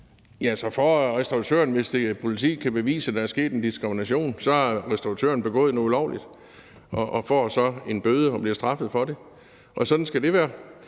Pihl Lorentzen (V): Hvis politiet kan bevise, at der er sket diskrimination, så har restauratøren begået noget ulovligt og får så en bøde og bliver straffet for det, og sådan skal det være.